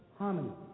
harmony